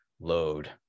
load